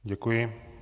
Děkuji.